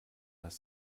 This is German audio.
das